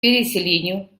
переселению